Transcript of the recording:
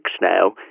now